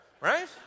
right